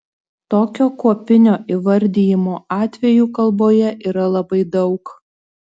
tokio kuopinio įvardijimo atvejų kalboje yra labai daug